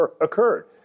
occurred